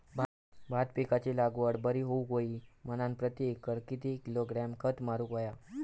भात पिकाची लागवड बरी होऊक होई म्हणान प्रति एकर किती किलोग्रॅम खत मारुक होया?